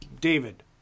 David